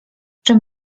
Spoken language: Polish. czym